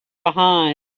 behind